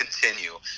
continue